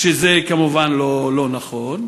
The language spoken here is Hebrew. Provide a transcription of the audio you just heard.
שזה כמובן לא נכון,